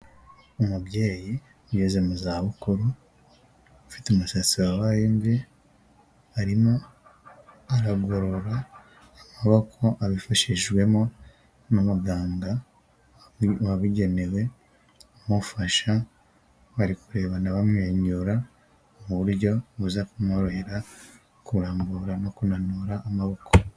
Umubyeyi ugeze mu za bukuru ufite umusatsi wabaye imvi arimo aragorora amaboko abifashishijwemo n'umuganga wabigenewe umufasha, bari kurebana bamwenyura mu buryo buza kumworohera kurambura no kunanura amaboko.